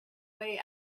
way